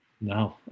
No